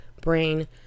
brain